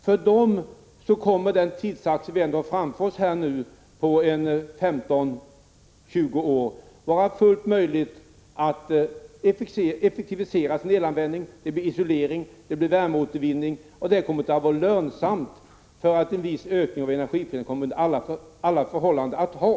För dem kommer det på den tidsaxel vi har framför oss, 15-20 år, att vara fullt möjligt att effektivisera sin elanvändning med isolering, värmeåtervinning osv. Detta kommer att bli lönsamt, för en viss ökning av energipriserna kommer vi under alla förhållanden att få.